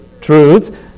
truth